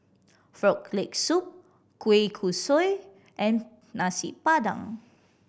Frog Leg Soup kueh kosui and Nasi Padang